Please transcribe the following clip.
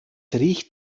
riecht